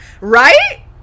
Right